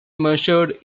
measured